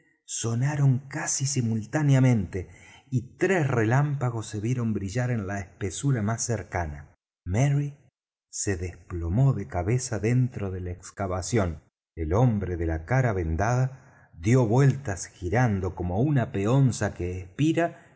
sonaron casi simultáneamente y tres relámpagos se vieron brillar en la espesura más cercana merry se desplomó de cabeza dentro de la excavación el hombre de la cara vendada dió vueltas girando como una peonza que espira